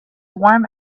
warm